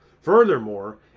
Furthermore